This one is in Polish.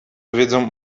wiedzą